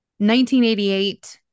1988